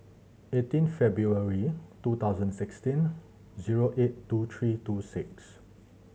eighteen February two thousand and sixteen zero eight two three two six